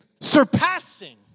surpassing